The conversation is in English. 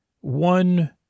One